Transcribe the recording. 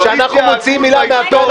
כשאנחנו מוציאים מילה מהפה,